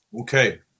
Okay